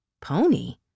Pony